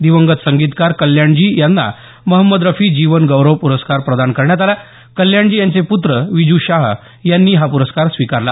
दिवंगत संगीतकार कल्याणजी यांना महंमद रफी जीवन गौरव पुरस्कार प्रदान करण्यात आला कल्याणजी यांचे प्त्र विज् शाह यांनी हा प्रस्कार स्वीकारला